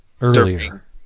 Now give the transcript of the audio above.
Earlier